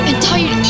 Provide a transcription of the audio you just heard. entire